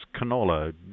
canola